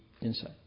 inside